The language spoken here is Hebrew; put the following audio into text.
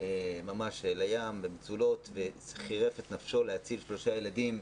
ממש לים במצולות וחירף את נפשו להציל שלושה ילדים,